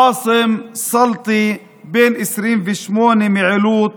עאסם סלטי, בן 28 מעילוט,